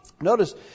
Notice